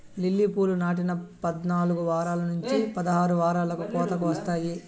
lily పూలు నాటిన పద్నాలుకు వారాల నుంచి పదహారు వారాలకు కోతకు వస్తాయి